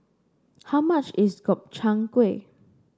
how much is Gobchang Gui